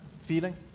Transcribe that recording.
feeling